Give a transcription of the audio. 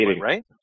right